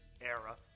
era